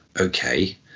Okay